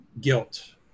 guilt